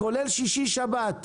כולל שישי ושבת.